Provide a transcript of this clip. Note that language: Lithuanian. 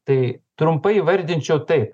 tai trumpai įvardinčiau taip